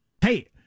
Hey